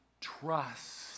trust